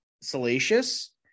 salacious